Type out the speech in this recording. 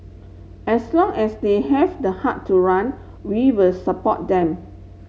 as long as they have the heart to run we will support them